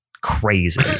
crazy